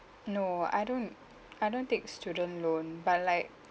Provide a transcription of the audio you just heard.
no I don't I don't take student loan but like